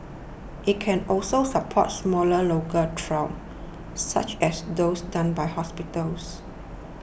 it can also support smaller local trials such as those done by hospitals